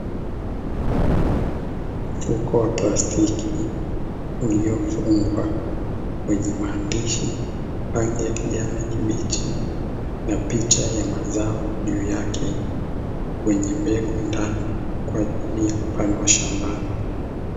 Mfuko wa plastiki uliofungwa wenye maandishi, rangi ya kijani kibichi na picha ya mazao juu yake, wenye mbegu ndani kwa ajili ya kupandwa shambani.